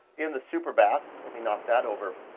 in the superbath, let me knock that over,